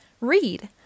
read